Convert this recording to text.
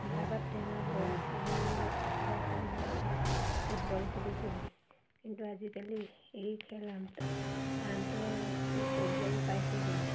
ৰবাব টেঙা বল খেলি ল'ৰা ছোৱালীবিলাকে ফুটবল খেলিছিল কিন্তু আজিকালি এই খেল আন্ত আন্তঃৰাষ্ট্ৰীয় পৰ্যায় পাইছেগৈ